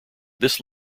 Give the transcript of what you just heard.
this